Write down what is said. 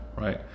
right